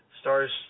Stars